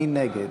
מי נגד?